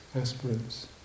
aspirants